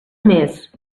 més